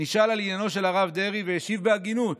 נשאל על עניינו של הרב דרעי והשיב בהגינות